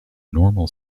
normal